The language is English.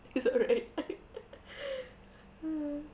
that's all right right hmm